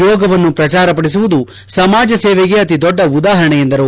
ಯೋಗವನ್ನು ಪ್ರಚಾರಪಡಿಸುವುದು ಸಮಾಜ ಸೇವೆಗೆ ಅತಿ ದೊಡ್ಡ ಉದಾಹರಣೆ ಎಂದರು